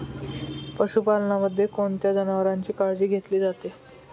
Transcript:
पशुपालनामध्ये कोणत्या जनावरांची काळजी घेतली जाते?